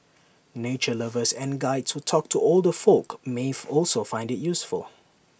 nature lovers and Guides who talk to older folk may also find IT useful